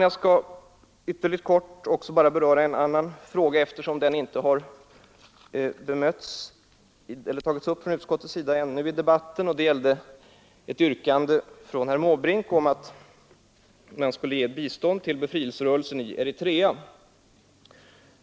Jag skall ytterligt kort bara beröra en annan fråga, eftersom den ännu inte har tagits upp i debatten av någon utskottsrepresentant, nämligen herr Måbrinks yrkande om bistånd till befrielserörelsen i Eritrea.